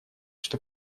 что